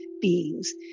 beings